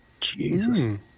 Jesus